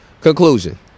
conclusion